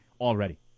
already